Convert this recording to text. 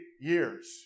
years